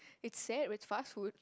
it's sad it's fast food